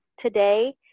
Today